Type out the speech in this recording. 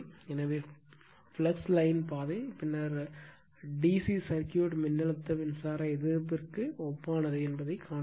எனவே flux line பாதை பின்னர் DC சர்க்யூட் மின்னழுத்த மின்சார எதிர்ப்பிற்கு ஒப்பானது என்பதைக் காண்பிக்கும்